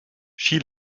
she